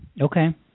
Okay